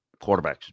quarterbacks